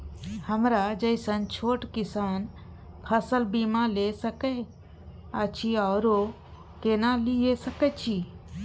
हमरा जैसन छोट किसान फसल बीमा ले सके अछि आरो केना लिए सके छी?